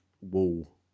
wall